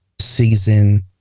season